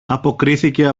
αποκρίθηκε